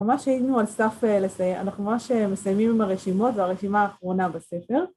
אנחנו ממש היינו על סף לסיי..אנחנו ממש מסיימים עם הרשימות, זו הרשימה האחרונה בספר...